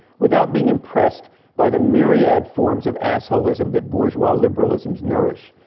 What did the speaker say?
without being impressed by the myriad forms of assholism that bourgeois liberalisms nurish.